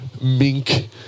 mink